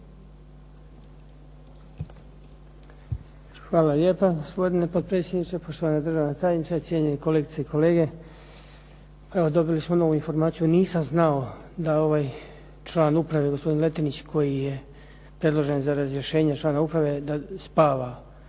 Hvala lijepa. Gospodine potpredsjedniče, poštovana državna tajnice, cijenjeni kolegice i kolege. Evo dobili smo novu informaciju, nisam znao da ovaj član uprave gospodin Letinić koji je predložen za razrješenje člana uprave da spava